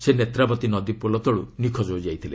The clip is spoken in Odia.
ସେ ନେତ୍ରାବତୀ ନଦୀ ପୋଲ ତଳ୍ ନିଖୋଜ ହୋଇଯାଇଥିଲେ